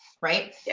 right